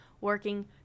working